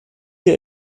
der